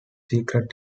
secret